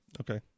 Okay